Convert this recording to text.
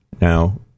Now